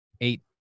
eight